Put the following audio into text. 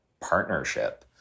partnership